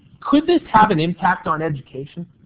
could this have an impact on education?